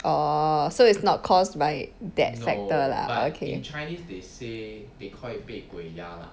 orh so is not caused by that factor lah okay